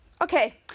Okay